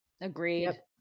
Agreed